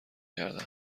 گردم